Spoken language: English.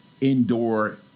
indoor